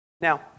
Now